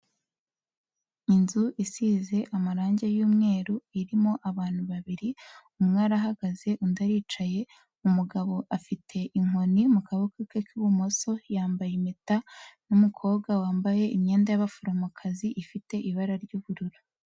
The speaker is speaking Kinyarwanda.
Inzu isize amarangi y'umweru irimo abantu babiri, umwe arahagaze undi aricaye, umugabo afite inkoni mu kaboko ke k'ibumoso, yambaye impeta n'umukobwa wambaye imyenda y'abaforomokazi ifite ibara ry'ubururu.